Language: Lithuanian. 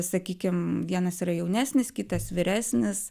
sakykim vienas yra jaunesnis kitas vyresnis